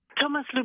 Thomas